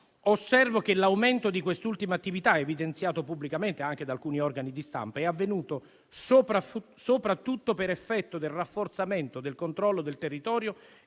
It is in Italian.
osservo che l'aumento di quest'ultima attività, evidenziato pubblicamente anche da alcuni organi di stampa, è avvenuto soprattutto per effetto del rafforzamento del controllo del territorio